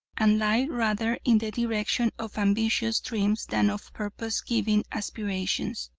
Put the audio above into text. and lie rather in the direction of ambitious dreams than of purpose-giving aspirations.